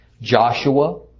Joshua